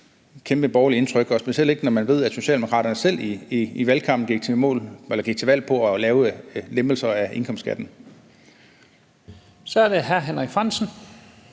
et vildt, kæmpe borgerligt aftryk, og specielt ikke, når man ved, at Socialdemokraterne selv i valgkampen gik til valg på at lave lempelser af indkomstskatten. Kl. 11:01 Første næstformand